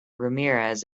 ramirez